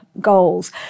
goals